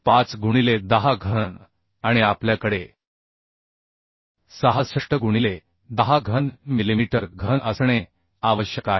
5 गुणिले 10 घन आणि आपल्याकडे 66 गुणिले 10 घन मिलिमीटर घन असणे आवश्यक आहे